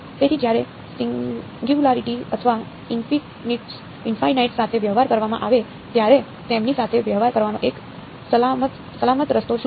તેથી જ્યારે સિંગયુંલારીટી અથવા ઇનફિનિટીસ સાથે વ્યવહાર કરવામાં આવે ત્યારે તેમની સાથે વ્યવહાર કરવાનો એક સલામત રસ્તો શું છે